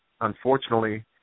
unfortunately